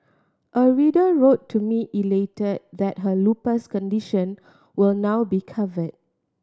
a reader wrote to me elated that her lupus condition will now be covered